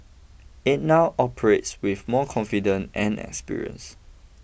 it now operates with more confident and experience